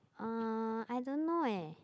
uh I don't know eh